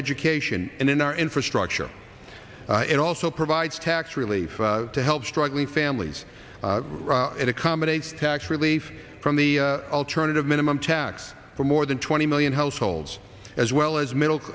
education and in our infrastructure it also provides tax relief to help struggling families it accommodates tax relief from the alternative minimum tax for more than twenty million households as well as middle